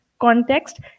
context